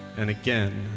and again.